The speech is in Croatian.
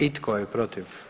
I tko je protiv?